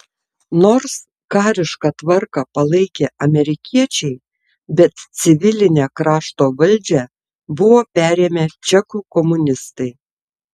nors karišką tvarką palaikė amerikiečiai bet civilinę krašto valdžią buvo perėmę čekų komunistai